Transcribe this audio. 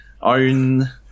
own